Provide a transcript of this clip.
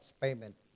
payment